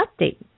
update